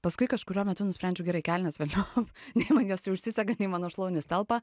paskui kažkuriuo metu nusprendžiau gerai kelnes velniop nei man jos ir užsisega nei mano šlaunys telpa